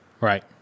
Right